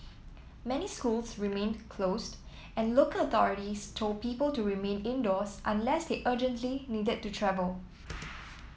many schools remained closed and local authorities told people to remain indoors unless they urgently needed to travel